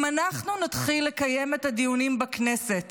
אם אנחנו נתחיל לקיים את הדיונים בכנסת